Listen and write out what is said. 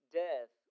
death